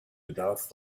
bedarf